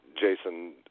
Jason